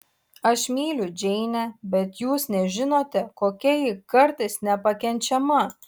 aš myliu džeinę bet jūs nežinote kokia ji kartais nepakenčiama